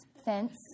fence